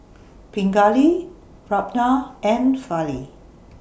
Pingali Ramnath and Fali